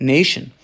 Nation